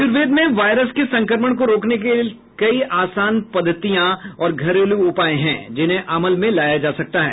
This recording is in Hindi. आयुर्वेद में वायरस के संक्रमण को रोकने के लिए कई आसान पद्धतियां और घरेलू उपाय हैं जिन्हे अमल में लाया जा सकता है